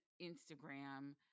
instagram